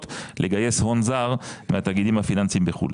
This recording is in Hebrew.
לגייס הון זר מהתאגידים הפיננסיים בחוץ לארץ.